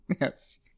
Yes